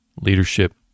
leadership